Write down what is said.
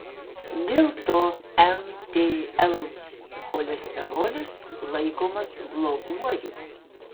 dėl to mtl cholesterolis laikomas bloguoju